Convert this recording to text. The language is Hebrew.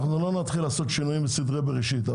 לא נתחיל לעשות שינויים בסדרי בראשית,